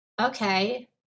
okay